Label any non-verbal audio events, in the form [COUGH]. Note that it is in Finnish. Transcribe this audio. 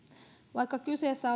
vaikka kyseessä [UNINTELLIGIBLE]